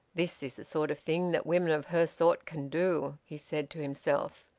this is the sort of thing that women of her sort can do, he said to himself.